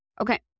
Okay